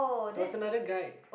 there was another guy